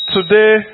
Today